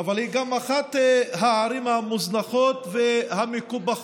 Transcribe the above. אבל היא גם אחת הערים המוזנחות והמקופחות